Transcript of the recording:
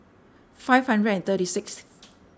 five hundred and thirty sixth